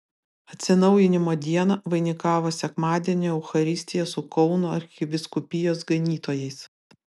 atsinaujinimo dieną vainikavo sekmadienio eucharistija su kauno arkivyskupijos ganytojais